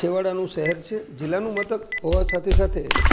છેવાડાનું શહેર છે જિલ્લાનું મથક હોવા સાથે સાથે